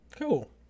Cool